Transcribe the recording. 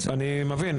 אני מבין.